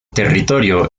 territorio